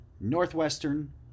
Northwestern